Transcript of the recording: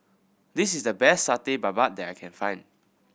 this is the best Satay Babat that I can find